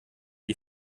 die